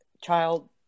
child